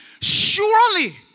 surely